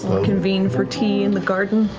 convene for tea in the garden.